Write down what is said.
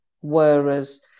Whereas